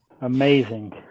Amazing